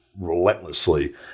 relentlessly